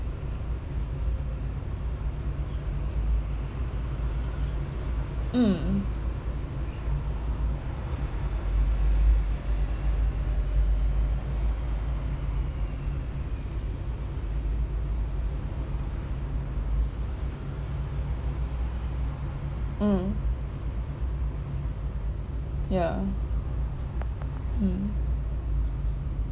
mm mm ya mm